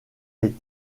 les